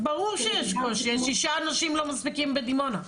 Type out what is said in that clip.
ברור שאי אפשר, שישה אנשים לא מספיקים בדימונה.